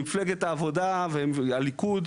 מפלגת העבודה והליכוד,